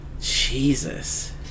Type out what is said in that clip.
Jesus